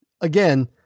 again